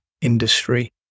industry